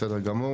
בסדר גמור.